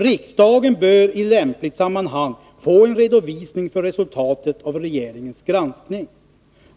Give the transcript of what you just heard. Riksdagen bör i lämpligt sammanhang få en redovisning för resultatet av regeringens granskning.